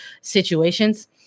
situations